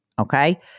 Okay